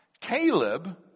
Caleb